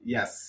Yes